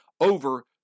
over